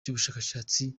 cy’ubushakashatsi